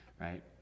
right